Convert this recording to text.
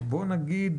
בוא נגיד